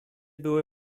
były